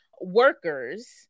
workers